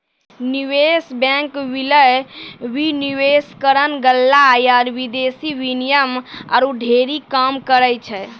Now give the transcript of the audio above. निवेश बैंक, विलय, विनिवेशकरण, गल्ला या विदेशी विनिमय आरु ढेरी काम करै छै